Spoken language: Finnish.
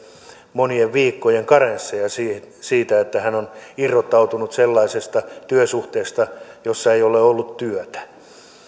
monien viikkojen karenssia siitä että hän on irrottautunut sellaisesta työsuhteesta jossa ei ole ollut työtä